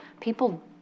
People